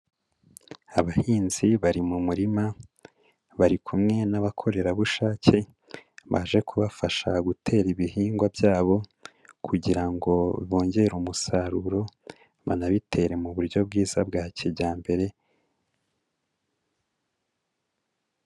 Abahinzi bari mu murima, bari kumwe n'abakorerabushake baje kubafasha gutera ibihingwa byabo kugira ngo bongere umusaruro banabitere mu buryo bwiza bwa kijyambere.